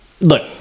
Look